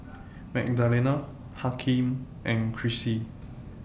Magdalena Hakeem and Chrissie